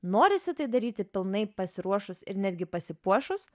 norisi tai daryti pilnai pasiruošus ir netgi pasipuošus